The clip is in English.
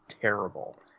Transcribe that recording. terrible